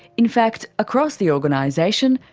in fact, across the organisation,